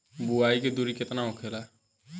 बुआई के दूरी केतना होखेला?